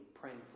praying